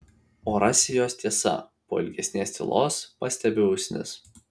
o rasi jos tiesa po ilgesnės tylos pastebi usnis